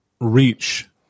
reach